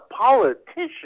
politician